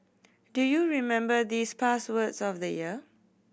do you remember these past words of the year